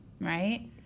right